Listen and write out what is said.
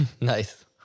Nice